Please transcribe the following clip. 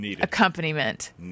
Accompaniment